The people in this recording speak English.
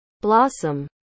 blossom